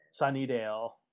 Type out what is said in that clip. Sunnydale